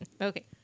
Okay